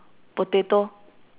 potato